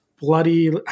Bloody